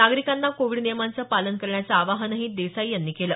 नागरिकांना कोविड नियमांचं पालन करण्याचं आवाहनही देसाई यांनी केलं